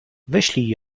wyślij